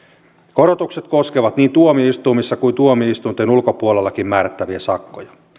korotukset koskevat niin tuomioistuimissa kuin tuomioistuinten ulkopuolellakin määrättäviä sakkoja